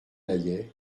naillet